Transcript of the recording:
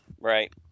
Right